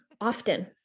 often